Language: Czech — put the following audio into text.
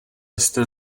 jste